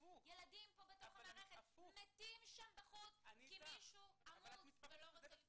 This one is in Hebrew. ילדים מתים בחוץ כי מישהו עמוס ולא רוצה לפתוח את המצלמות.